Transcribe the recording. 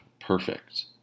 perfect